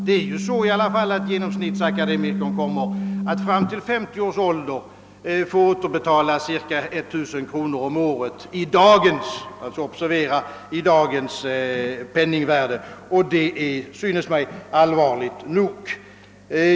Faktum är ändå att en akademiker i genomsnitt får återbetala 1000 kronor om året i dagens penningvärde, till dess han har kommit upp i 50 års ålder, och det synes mig vara allvarligt nog.